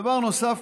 דבר נוסף,